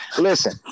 listen